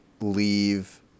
leave